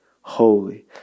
holy